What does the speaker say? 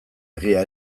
egia